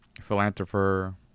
philanthropist